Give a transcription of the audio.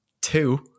two